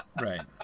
Right